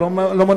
זה לא מונע.